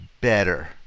better